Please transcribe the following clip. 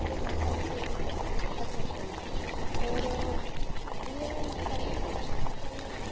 ते कन्नै साढ़ी सेह्त उप्पर असर पौंदा ऐ होर जि'यां हून पैह्लें हा कि पैह्लें